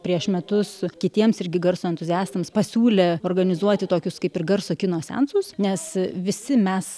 prieš metus kitiems irgi garso entuziastams pasiūlė organizuoti tokius kaip ir garso kino seansus nes visi mes